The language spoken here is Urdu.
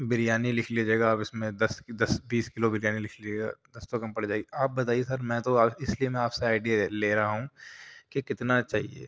بریانی لکھ لیجیے گا آپ اِس میں دس دس بیس کلو بریانی لکھ لیجیے گا دس تو کم پڑ جائے گی آپ بتائیے سر میں تو اِس لیے میں آپ سے آئیڈیا لے رہا ہوں کہ کتنا چاہیے